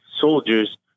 soldiers